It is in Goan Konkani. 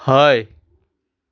हय